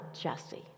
Jesse